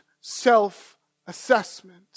self-assessment